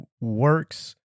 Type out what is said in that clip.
works